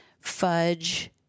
fudge